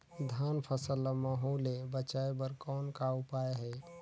धान फसल ल महू ले बचाय बर कौन का उपाय हे?